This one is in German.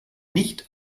nicht